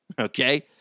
okay